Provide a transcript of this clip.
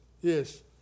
Yes